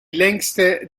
längste